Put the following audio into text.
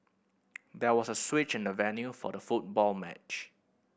there was a switch in the venue for the football match